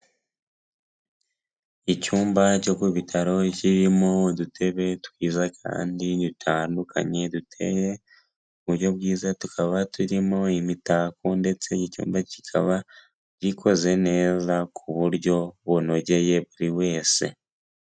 Icyumba cyo ku ibitaro kirimo udutebe twiza kandi dutandukanye duteye ku buryo bwiza tukaba turimo imitako ndetse icyumba kikaba gikoze neza ku buryo bunogeye buri wese.